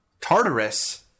Tartarus